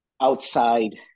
outside